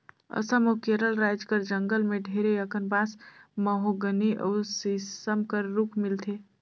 असम अउ केरल राएज कर जंगल में ढेरे अकन बांस, महोगनी अउ सीसम कर रूख मिलथे